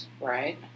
Right